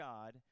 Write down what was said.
God